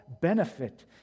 benefit